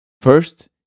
First